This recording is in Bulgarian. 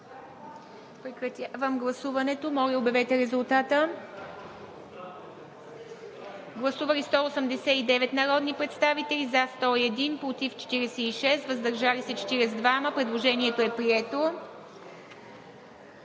прекратете гласуването и обявете резултата. Гласували 189 народни представители: за 189, против и въздържали се няма. Предложението е прието.